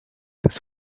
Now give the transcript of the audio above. this